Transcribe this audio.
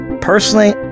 Personally